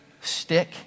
stick